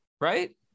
right